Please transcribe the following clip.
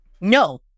no